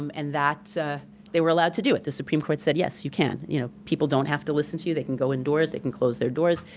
um and ah they were allowed to do it. the supreme court said yes, you can. you know people don't have to listen to you. they can go indoors, they can close their doors.